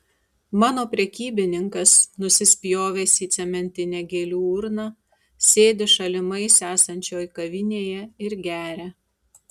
mano prekybininkas nusispjovęs į cementinę gėlių urną sėdi šalimais esančioj kavinėje ir geria